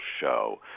show